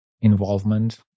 involvement